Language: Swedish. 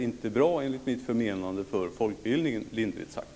Det är, enligt mitt förmenande, inte bra för folkbildningen lindrigt sagt.